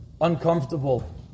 uncomfortable